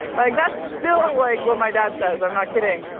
like that's still like what my dad says, i'm not kidding.